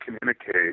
communicate